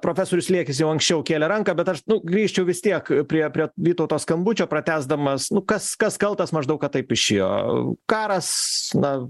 profesorius liekis jau anksčiau kėlė ranką bet aš grįžčiau vis tiek prie prie vytauto skambučio pratęsdamas nu kas kas kaltas maždaug kad taip išėjo karas na